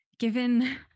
Given